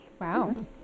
Wow